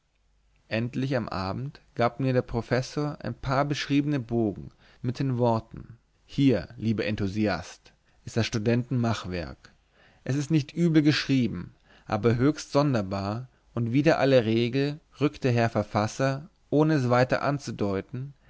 endlich am abend gab mir der professor ein paar beschriebene bogen mit den worten hier lieber enthusiast ist das studenten machwerk es ist nicht übel geschrieben aber höchst sonderbar und wider alle regel rückt der herr verfasser ohne es weiter anzudeuten